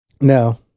No